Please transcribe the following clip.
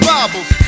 Bibles